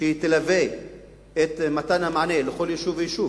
שתלווה את מתן המענה לכל יישוב ויישוב.